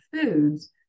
foods